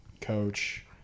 Coach